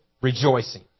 rejoicing